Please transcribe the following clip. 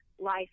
life